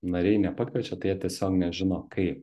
nariai nepakviečia tai jie tiesiog nežino kaip